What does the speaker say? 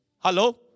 Hello